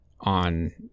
on